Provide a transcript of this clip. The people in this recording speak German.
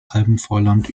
alpenvorland